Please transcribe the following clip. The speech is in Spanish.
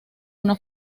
una